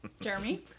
Jeremy